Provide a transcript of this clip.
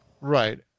Right